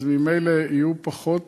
אז ממילא יהיו פחות